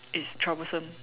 it's troublesome